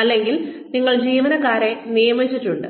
അല്ലെങ്കിൽ നിങ്ങൾ ജീവനക്കാരെ നിയമിച്ചിട്ടുണ്ട്